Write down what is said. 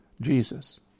Jesus